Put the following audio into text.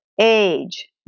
age